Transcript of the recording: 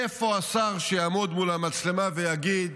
איפה השר שיעמוד מול המצלמה ויגיד: